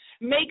Make